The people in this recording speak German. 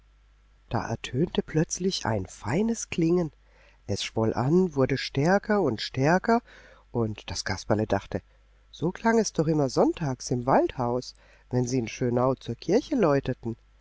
da ertönte plötzlich ein feines klingen es schwoll an wurde stärker und stärker und das kasperle dachte so klang es doch immer sonntags im waldhaus wenn sie in schönau zur kirche läuteten